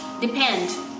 Depend